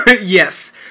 Yes